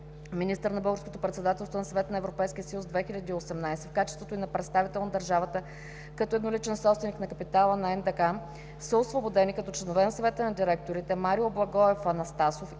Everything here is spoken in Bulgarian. министър на Българското председателство на Съвета на Европейския съюз 2018 г., в качеството й на представител на държавата като едноличен собственик на капитала на НДК, са освободени като членове на Съвета на директорите — Марио Благоев Анастасов и Светлодара Петрова